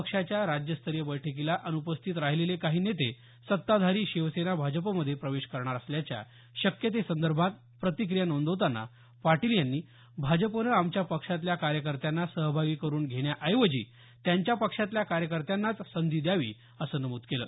पक्षाच्या राज्यस्तरीय बैठकीला अन्पस्थित राहिलेले काही नेते सत्ताधारी शिवसेना भाजपमध्ये प्रवेश करणार असल्याच्या शक्यतेसंदर्भात प्रतिक्रिया नोंदवताना पाटील यांनी भाजपनं आमच्या पक्षातल्या कार्यकर्त्यांना सहभागी करून घेण्याऐवजी त्यांच्या पक्षातल्या कार्यकर्त्यांना संधी द्यावी असं नमूद केलं